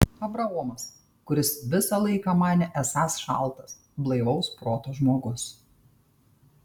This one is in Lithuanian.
abraomas kuris visą laiką manė esąs šaltas blaivaus proto žmogus